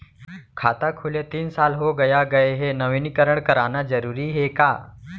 खाता खुले तीन साल हो गया गये हे नवीनीकरण कराना जरूरी हे का?